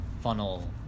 funnel